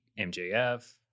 MJF